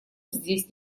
здесь